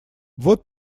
вот